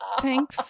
Thank